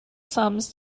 sums